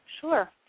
sure